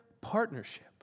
partnership